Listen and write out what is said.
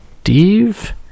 Steve